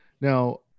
Now